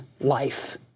life